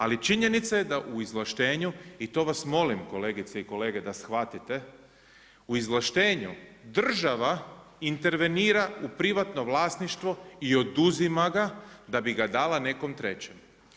Ali činjenica je da u izvlaštenju i to vas molim kolegice i kolege da shvatite u izvlaštenju država intervenira u privatno vlasništvo i oduzima ga da bi ga dala nekom trećem.